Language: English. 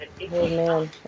Amen